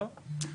לא,